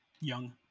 Young